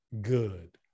good